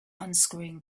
unscrewing